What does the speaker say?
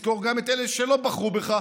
ותזכור גם את אלה שלא בחרו בך,